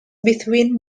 between